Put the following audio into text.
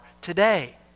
today